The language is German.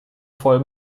voll